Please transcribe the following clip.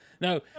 No